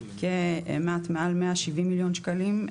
כמעט מעל 170 מיליון שקלים,